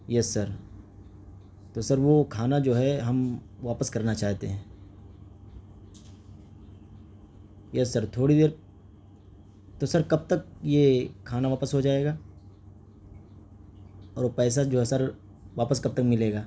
یس sir تو sir وہ کھانا جو ہے ہم واپس کرنا چاہتے ہیں یس سر تھوڑی دیر تو سر کب تک یہ کھانا واپس ہو جائے گا اور وہ پیسہ جو ہے سر واپس کب تک ملے گا